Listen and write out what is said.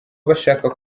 bashaka